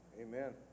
Amen